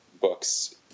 books